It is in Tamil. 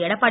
எடப்பாடி